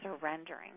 surrendering